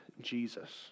Jesus